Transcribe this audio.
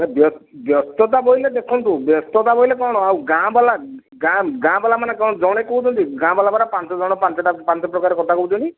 ବ୍ୟସ୍ତତା ବ୍ୟସ୍ତତା ବୋଇଲେ ଦେଖନ୍ତୁ ବ୍ୟସ୍ତତା ବୋଇଲେ ଆଉ ଗାଁ ବାଲା ଗାଁ ବାଲା ମାନେ କଣ ଜଣେ କହୁଛନ୍ତି ପାଞ୍ଚ ଜଣ ପାଞ୍ଚଟା ପାଞ୍ଚ ପ୍ରକାର କଥା କହୁଛନ୍ତି